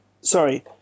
Sorry